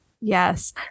Yes